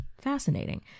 Fascinating